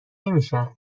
نمیشن